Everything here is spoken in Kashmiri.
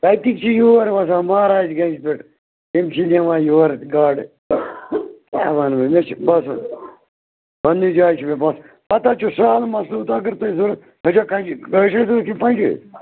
تتِکۍ چھِ یور وَسان مَہراج گَنج پٮ۪ٹھ تِم چھِ نِوان یورٕ گاڈٕ کیٛاہ وَنہٕ وۅنۍ مےٚ چھِ باسان پَنٕنہِ جایہِ چھُو مےٚ باسان پَتہٕ حظ چھُ سَہل مَسلہٕ تہٕ اَگر تۄہہِ ضروٗرت تۄہہِ چھُوا کٲشِرۍ ضروٗرت کِنہٕ پنٛجٲبۍ